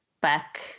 back